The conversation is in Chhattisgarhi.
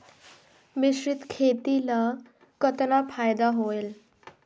मिश्रीत खेती ल कतना फायदा होयल?